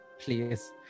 please